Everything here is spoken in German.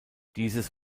dieses